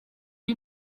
you